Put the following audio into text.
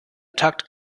takt